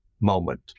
moment